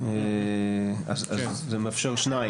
אז זה מאפשר שניים.